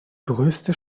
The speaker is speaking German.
größte